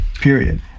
Period